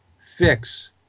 fix